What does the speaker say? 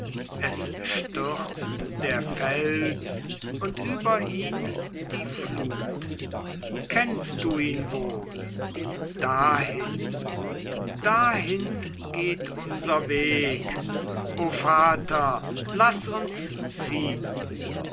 es stürzt der fels und über ihn die flut kennst du ihn wohl dahin dahin geht unser weg o vater laß uns ziehn